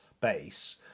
base